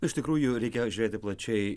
iš tikrųjų reikia žiūrėti plačiai